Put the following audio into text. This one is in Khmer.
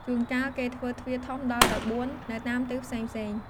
ជួនកាលគេធ្វើទ្វារធំដល់ទៅ៤នៅតាមទិសផ្សេងៗ ។